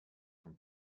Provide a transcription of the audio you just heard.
from